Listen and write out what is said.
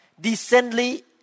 decently